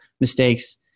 mistakes